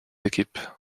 équipe